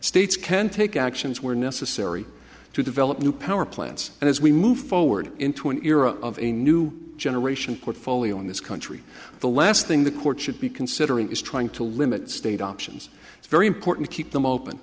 states can take actions where necessary to develop new power plants and as we move forward into an era of a new generation portfolio in this country the last thing the courts should be considering is trying to limit state options it's very important to keep them open